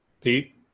Pete